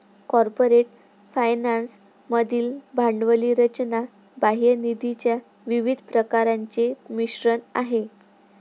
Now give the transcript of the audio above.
corporate finance मधील भांडवली रचना बाह्य निधीच्या विविध प्रकारांचे मिश्रण आहे